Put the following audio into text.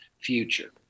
future